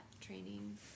training